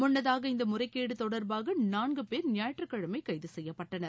முன்னதாக இந்த முறைகேடு தொடர்பாக நான்கு பேர் ஞாயிற்றுக்கிழமை கைது செய்யப்பட்டனர்